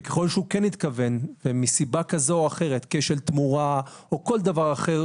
וככל שהוא כן התכוון ומסיבה כזו או אחרת כשל תמורה או כל דבר אחר,